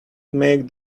make